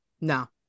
no